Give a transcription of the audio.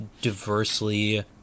diversely